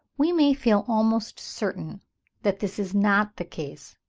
we may feel almost certain that this is not the case,